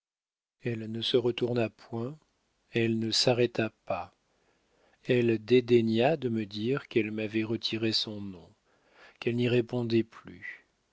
elle ne se retourna point elle ne s'arrêta pas elle dédaigna de me dire qu'elle m'avait retiré son nom qu'elle n'y répondait plus